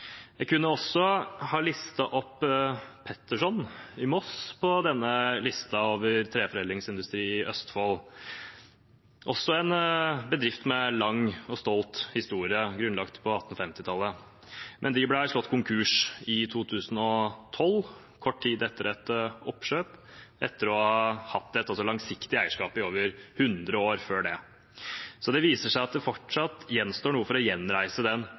Jeg kunne også ha listet opp Peterson i Moss på denne listen over treforedlingsindustri i Østfold, også en bedrift med en lang og stolt historie. Den ble grunnlagt på 1850-tallet, men ble slått konkurs i 2012, kort tid etter et oppkjøp, etter å ha hatt et langsiktig eierskap i over 100 år før det. Så det viser seg at det fortsatt gjenstår noe for å gjenreise den